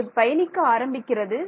இது பயணிக்க ஆரம்பிக்கிறது